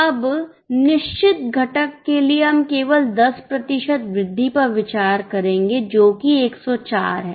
अब निश्चित घटक के लिए हम केवल 10 प्रतिशत वृद्धि पर विचार करेंगे जो कि 104 है